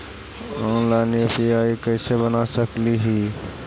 Online UPI कैसे बना सकली ही?